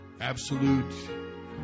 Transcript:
absolute